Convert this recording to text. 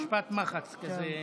משפט מחץ כזה,